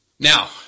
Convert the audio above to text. Now